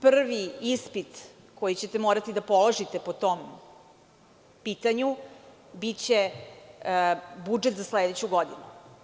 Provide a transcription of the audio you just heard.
Prvi ispit koji ćete morati da položite po tom pitanju biće budžet za sledeću godinu.